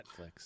Netflix